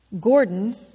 Gordon